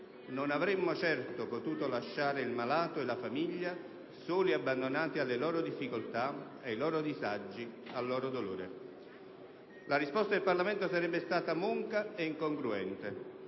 non avremmo certo potuto lasciare il malato e la famiglia soli e abbandonati alle loro difficoltà, ai loro disagi, al loro dolore. La risposta del Parlamento sarebbe stata monca e incongruente;